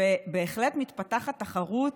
בהחלט מתפתחת תחרות,